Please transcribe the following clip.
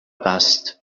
است